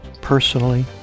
personally